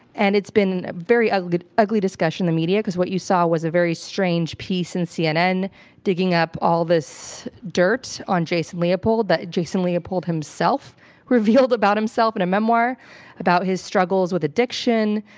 and it's been very ugly ugly discussion in the media, because what you saw was a very strange piece in cnn digging up all this dirt on jason leopold that jason leopold himself revealed about himself in a memoir about his struggles with addiction.